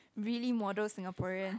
really model Singaporean